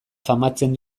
famatzen